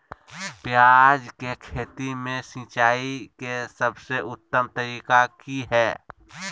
प्याज के खेती में सिंचाई के सबसे उत्तम तरीका की है?